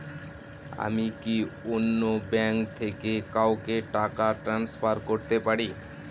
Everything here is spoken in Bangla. আমি কি অন্য ব্যাঙ্ক থেকে কাউকে টাকা ট্রান্সফার করতে পারি?